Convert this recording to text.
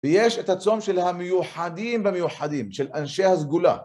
ויש את הצום של המיוחדים במיוחדים, של אנשי הסגולה.